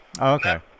Okay